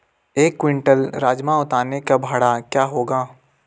एक क्विंटल राजमा उतारने का भाड़ा क्या होगा?